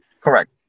Correct